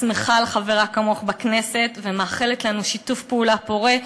שמחה על חברה כמוך בכנסת ומאחלת לנו שיתוף פעולה פורה,